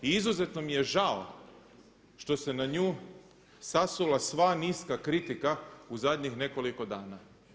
I izuzetno mi je žao što se na nju sasula sva niska kritika u zadnjih nekoliko dana.